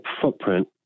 footprint